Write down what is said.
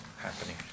happening